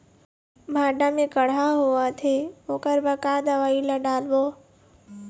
भांटा मे कड़हा होअत हे ओकर बर का दवई ला डालबो?